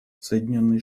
соединенные